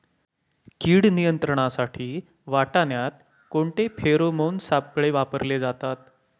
कीड नियंत्रणासाठी वाटाण्यात कोणते फेरोमोन सापळे वापरले जातात?